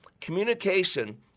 communication